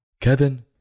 Kevin